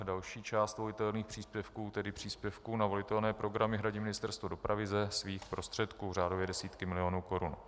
Další část volitelných příspěvků, tedy příspěvků na volitelné programy, hradí Ministerstvo dopravy ze svých prostředků, řádově desítky milionů korun.